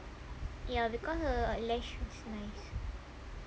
ya because her lash looks nice